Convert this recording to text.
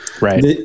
Right